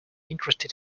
interested